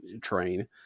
train